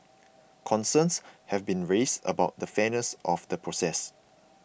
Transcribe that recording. concerns have been raised about the fairness of the process